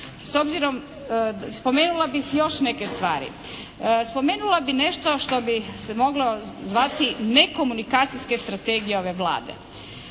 S obzirom, spomenula bih još neke stvari. Spomenula bi nešto što bi se moglo zvati nekomunikacijske strategija ove Vlade.